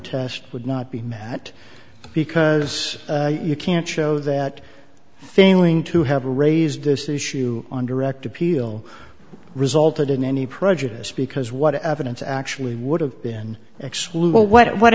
test would not be met because you can't show that failing to have raised this issue on direct appeal resulted in any prejudice because what evidence actually would have been